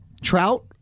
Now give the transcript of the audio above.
Trout